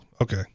Okay